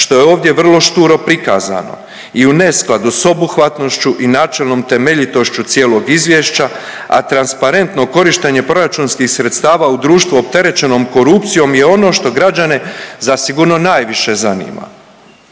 što je ovdje vrlo šturo prikazano i u neskladu sa obuhvatnošću i načelnom temeljitošću cijelog izvješća, a transparentno korištenje proračunskih sredstava u društvu opterećenom korupcijom je ono što građane zasigurno najviše zanima.